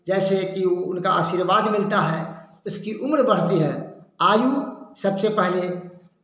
जैसे कि उनका आशीर्वाद मिलता है उसकी उम्र बढ़ती है आयु सबसे पहले